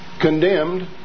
condemned